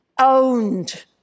owned